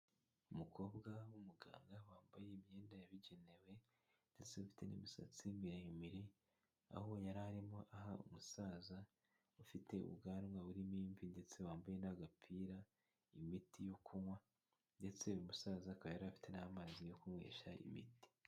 Umukobwa w'umuganga wambaye imyenda yabigenewe ndetse afite n'imisatsi miremire, aho yari arimo aha umusaza ufite ubwanwa buririmo imvi ndetse wambaye n'agapira, imiti yo kunywa ndetse uyu musaza akaba yari afite n'amazi yo kunywesha imiti.